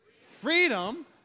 Freedom